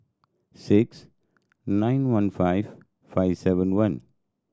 six nine one five five seven one